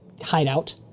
hideout